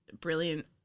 brilliant